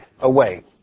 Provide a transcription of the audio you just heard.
away